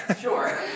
Sure